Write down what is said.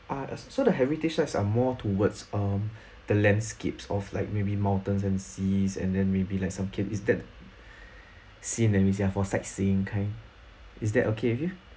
ah so the heritage sites are more towards um the landscapes of like maybe mountains and seas and then maybe like some cave is that scene that means ya for sightseeing kind is that okay